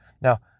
Now